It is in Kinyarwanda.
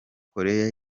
koreya